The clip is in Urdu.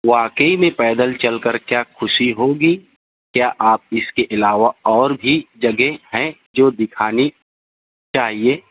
واقعی میں پیدل چل کر کیا خوشی ہوگی کیا آپ اس کے علاوہ اور بھی جگہ ہیں جو دکھانے چاہیے